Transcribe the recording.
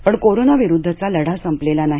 पण कोरोंना विरुद्ध कहा लढा संपलेला नाही